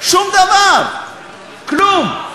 שום דבר, כלום.